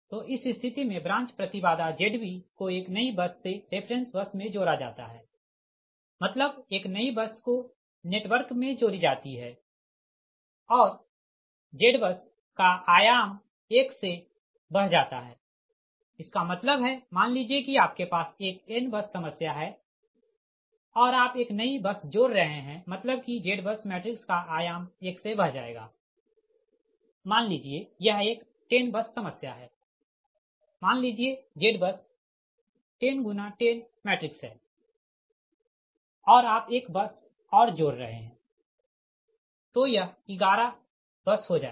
तो इस स्थिति मे ब्रांच प्रति बाधा Zb को एक नई बस से रेफ़रेंस बस मे जोड़ा जाता है मतलब एक नई बस को नेटवर्क मे जोड़ी जाती है और ZBUS का आयाम एक से बढ़ जाता है इसका मतलब है मान लीजिए कि आपके पास एक n बस समस्या है और आप एक नई बस जोड़ रहे है मतलब है कि ZBUS मैट्रिक्स का आयाम एक से बढ़ जाएगा मान लीजिए यह एक 10 बस समस्या है मान लीजिए ZBUS1010 मैट्रिक्स है और आप एक और बस जोड़ रहे है तो यह 11 बस हो जाएगा